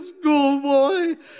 schoolboy